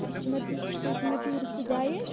تُہی چھو نا ٹوتُہی چھو نا ٹیوٗرِسٹ گایڈ